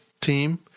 team